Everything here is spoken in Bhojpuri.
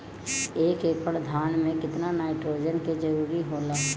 एक एकड़ धान मे केतना नाइट्रोजन के जरूरी होला?